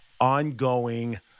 ongoing